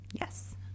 Yes